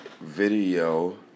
video